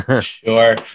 Sure